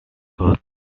code